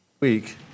Week